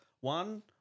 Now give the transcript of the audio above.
one